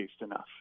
enough